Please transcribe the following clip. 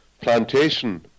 plantation